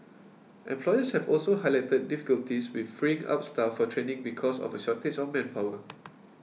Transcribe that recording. employers have also highlighted difficulties with freeing up staff for training because of a shortage of manpower